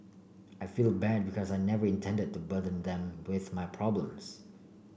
I feel bad because I never intended to burden them with my problems